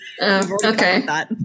okay